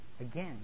Again